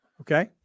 Okay